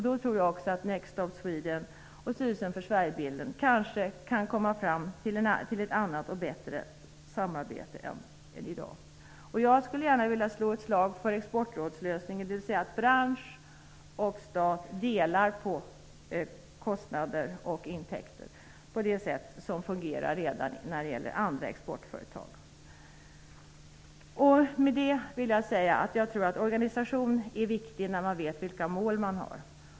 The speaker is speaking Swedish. Jag tror att Next Stop Sweden och Styrelsen för Sverigebilden då kanske skall kunna komma fram till ett annat och bättre samarbete än i dag. Jag skulle gärna vilja slå ett slag för Exportrådslösningen, dvs. att branschen och staten delar på kostnader och inkomster på det sätt som redan fungerar när det gäller andra exportföretag. Jag vill med detta ha sagt att organisationen är viktig när man vet vilka mål man har.